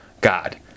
God